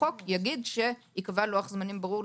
שהחוק יגיד שייקבע לוח זמנים ברור.